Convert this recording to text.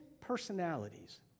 personalities